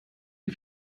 die